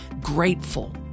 grateful